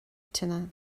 tine